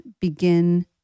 begin